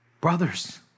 brothers